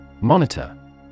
Monitor